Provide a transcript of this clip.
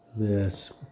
Yes